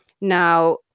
Now